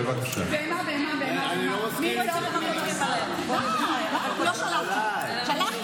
לא, חבר הכנסת